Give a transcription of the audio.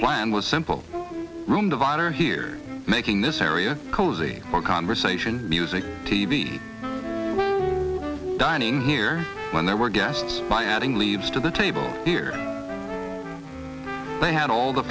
plan was simple room divider here making this area cozy for conversation music t v dining here when there were guests by adding leaves to the table here they had all the